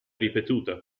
ripetuta